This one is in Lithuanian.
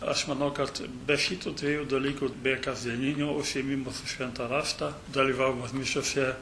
aš manau kad be šitų dviejų dalykų be kasdieninių užsiėmimų švento rašto dalyvavimas mišiose